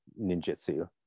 ninjutsu